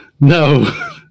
no